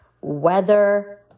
weather